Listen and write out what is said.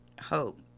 hope